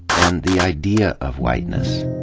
and the idea of whiteness.